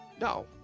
No